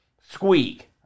squeak